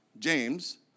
James